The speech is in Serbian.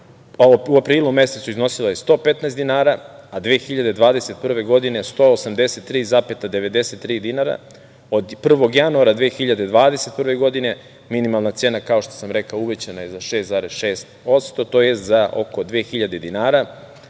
u aprilu mesecu, iznosila je 115 dinara, a 2021. godine 183,93 dinara, od 1. januara 2021. godine minimalna cena, kao što sam rekao uvećana je za 6,6% tj. za oko 2.000 dinara,